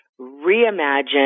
reimagine